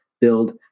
build